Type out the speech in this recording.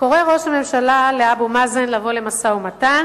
קורא ראש הממשלה לאבו מאזן לבוא למשא-ומתן,